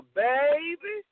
baby